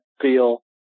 feel